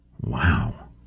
Wow